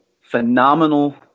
phenomenal